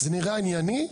זה נראה ענייני?